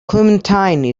clementine